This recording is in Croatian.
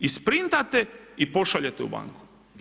Isprintate i pošaljete u banku.